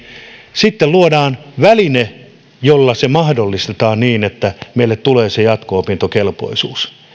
sitten luodaan väline jolla se mahdollistetaan että meille tulee se jatko opintokelpoisuus